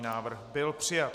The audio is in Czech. Návrh byl přijat.